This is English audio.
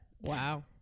Wow